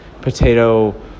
potato